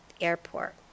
airport